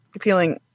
feeling